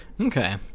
Okay